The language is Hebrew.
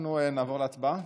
אנחנו נעבור להצבעה.